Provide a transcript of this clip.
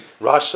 Russia